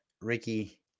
Ricky